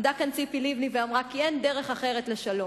עמדה כאן ציפי לבני ואמרה כי אין דרך אחרת לשלום.